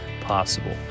possible